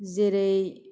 जेरै